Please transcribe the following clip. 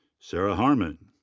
sara harmon.